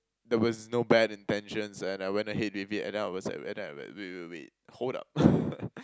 there was no bad intentions and I went ahead with it and then I was like where the~ wait wait wait hold up